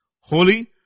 Holy